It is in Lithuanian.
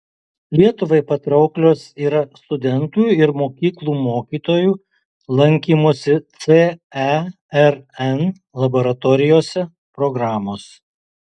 lietuvai patrauklios yra studentų ir mokyklų mokytojų lankymosi cern laboratorijose programos